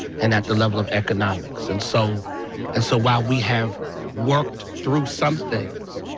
and at the level of economics. and so and so while we have worked through some things,